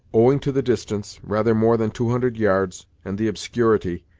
owing to the distance rather more than two hundred yards and the obscurity,